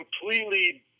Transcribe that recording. completely